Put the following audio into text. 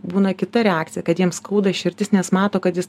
būna kita reakcija kad jiems skauda širdis nes mato kad jis